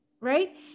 right